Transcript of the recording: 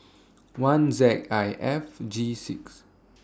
one Z I F G six